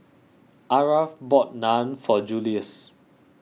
Aarav bought Naan for Juluis